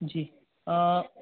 जी